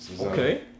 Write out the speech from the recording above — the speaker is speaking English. Okay